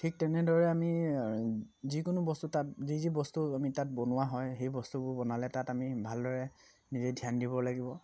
ঠিক তেনেদৰে আমি যিকোনো বস্তু তাত যি যি বস্তু আমি তাত বনোৱা হয় সেই বস্তুবোৰ বনালে তাত আমি ভালদৰে নিজে ধ্যান দিব লাগিব